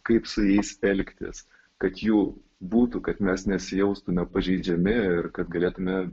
kaip su jais elgtis kad jų būtų kad mes nesijaustume pažeidžiami ir kad galėtume